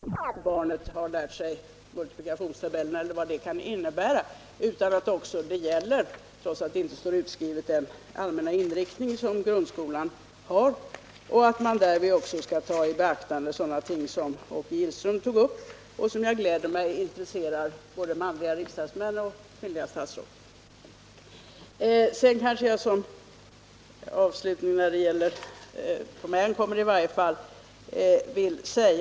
Herr talman! F.n. finns det, såvitt jag har fått mig bekant, inte några direktiv som gäller för skolstyrelserna i fråga om den här prövningen. Men de harju att följa vad som finns stadgat om att undervisningen väsentligen skall motsvara grundskolans. Barnen skall alltså undergå prövning, och prövningen skall ha detta till riktmärke. Jag vill gärna förutsätta att man därvid har att inte bara kontrollera att barnen lärt sig multiplikationstabellen osv. utan att prövningen också gäller, trots att det inte står utskrivet, den allmänna inriktning som grundskolan har och att man därvid också skall ta i beaktande sådana ting som Åke Gillström tog upp och som -— vilket gläder mig — intresserar både manliga riksdagsmän och kvinnliga statsråd.